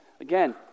Again